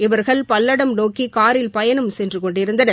இவர்கள் பல்லடம் நோக்கி காரில் பயணம் செய்துகொண்டிருந்தனர்